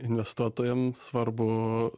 investuotojam svarbu